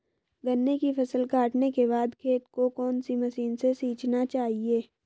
गन्ने की फसल काटने के बाद खेत को कौन सी मशीन से सींचना चाहिये?